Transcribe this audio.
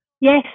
Yes